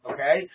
Okay